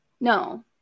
no